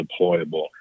deployable